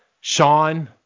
sean